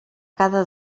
cada